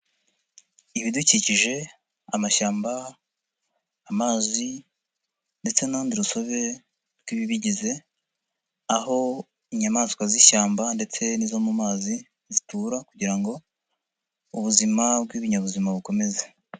Ibidukikije, amashyamba, amazi ndetse n'urundi rusobe rw'ibibigize, aho inyamaswa z'ishyamba ndetse n'izo mu mazi zitura kugira ngo ubuzima bw'ibinyabuzima bukomeze.